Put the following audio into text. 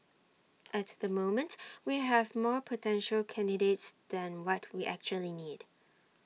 at the moment we have more potential candidates than what we actually need